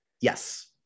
yes